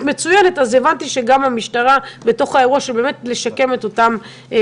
אנחנו נמצאים בתהליך שממש בשבועות הקרובים יהיה מוסדר לסקרים לציבור.